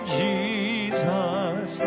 jesus